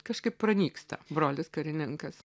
kažkaip pranyksta brolis karininkas